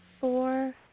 four